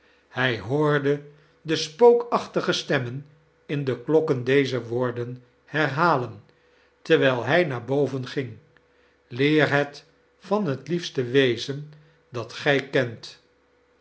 hij hoorde de spookachtige stemmen in de kjokken deze woorden herhalen terwijl hij naar boven ging leer het van het liefste wezen dat gij kent